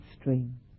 stream